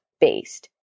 based